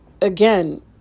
again